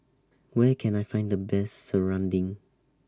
Where Can I Find The Best Serunding